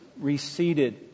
receded